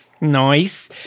Nice